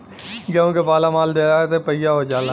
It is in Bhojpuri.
गेंहू के पाला मार देला त पइया हो जाला